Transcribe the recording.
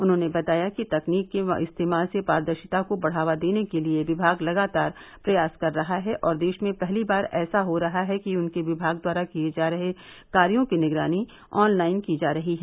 उन्हॉने बताया कि तकनीक के इस्तेमाल से पारदर्शिता को बढ़ावा देने के लिये विभाग लगातार प्रयास कर रहा है और देश में पहली बार ऐसा हो रहा है कि उनके विभाग द्वारा किये जा रहे कार्यो की निगरानी अॅन लाइन की जा रही है